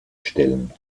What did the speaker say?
stellen